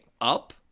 up